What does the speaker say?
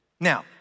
Now